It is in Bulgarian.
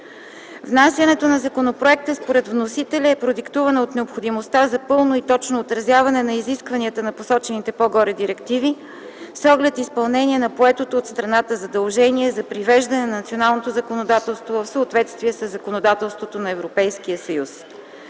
Внасянето на законопроекта според вносителя е продиктувано от необходимостта за пълно и точно отразяване на изискванията на посочените по-горе директиви с оглед изпълнението на поетото от страната задължение за привеждане на националното законодателство в съответствие със законодателството на Европейския съюз.